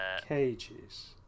Cages